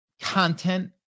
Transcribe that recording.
content